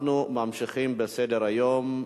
אנחנו ממשיכים בסדר-היום.